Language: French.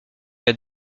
qu’à